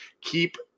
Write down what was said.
Keep